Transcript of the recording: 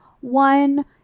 One